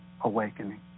awakening